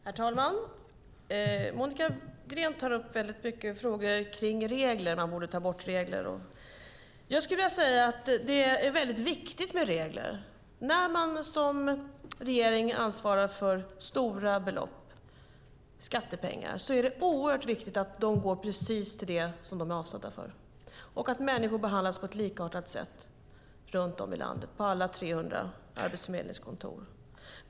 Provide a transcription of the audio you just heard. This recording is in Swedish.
Herr talman! Monica Green tar upp många frågor om regler, att man borde ta bort regler. Jag skulle vilja säga att det är viktigt med regler. När man som regering ansvarar för stora belopp i form av skattepengar är det oerhört viktigt att de går till exakt det som de är avsedda för. Människor ska behandlas på ett likartat sätt på alla 300 arbetsförmedlingskontoren i landet.